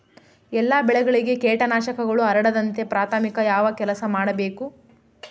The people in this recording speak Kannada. ಎಲ್ಲ ಬೆಳೆಗಳಿಗೆ ಕೇಟನಾಶಕಗಳು ಹರಡದಂತೆ ಪ್ರಾಥಮಿಕ ಯಾವ ಕೆಲಸ ಮಾಡಬೇಕು?